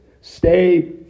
stay